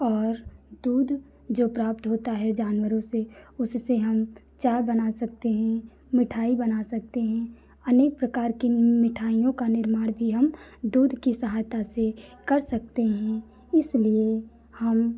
और दूध जो प्राप्त होता है जानवरों से उससे हम चाय बना सकते हें मिठाई बना सकते हैं अनेक प्रकार की मिठाइयों का निर्माण भी हम दूध की सहायता से कर सकते हैं इसलिए हम